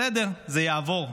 בסדר, זה יעבור.